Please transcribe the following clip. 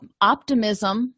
Optimism